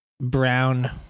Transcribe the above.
brown